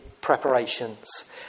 preparations